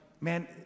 man